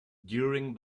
during